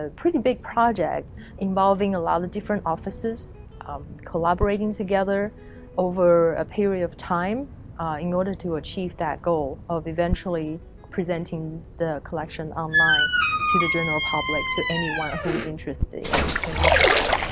ah pretty big project involving a lot of different offices collaborating together over a period of time in order to achieve that goal of eventually presenting the collection online to the general public, to anyone who is interested in in looking at